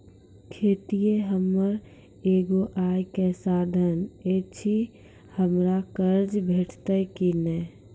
खेतीये हमर एगो आय के साधन ऐछि, हमरा कर्ज भेटतै कि नै?